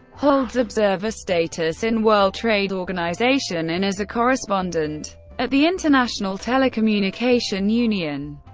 holds observer status in world trade organization, and is a correspondent at the international telecommunication union.